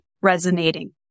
resonating